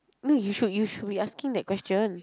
no you should you should be asking that question